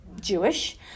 Jewish